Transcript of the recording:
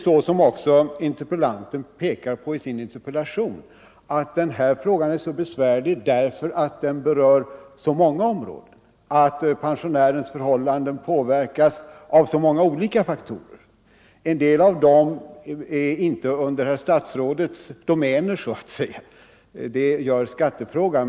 Som interpellanten pekar på i sin interpellation är frågan besvärlig därför att pensionärernas förhållanden påverkas av många olika faktorer. En del av dem faller inte under statsrådets domäner, t.ex. skattefrågan.